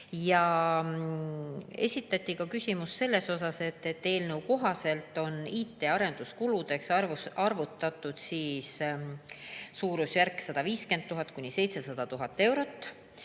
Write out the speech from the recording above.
esitati küsimus selle kohta, et eelnõu kohaselt on IT‑arenduskuludeks arvutatud suurusjärgus 150 000 – 700 000 eurot,